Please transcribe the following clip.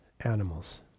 animals